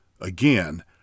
Again